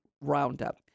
Roundup